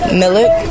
millet